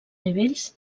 nivells